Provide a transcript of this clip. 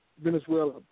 Venezuela